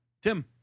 Tim